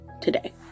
today